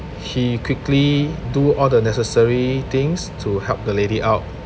he quickly do all the necessary things to help the lady out